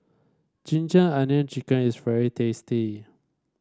ginger onion chicken is very tasty